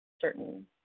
certain